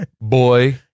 boy